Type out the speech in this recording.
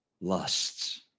lusts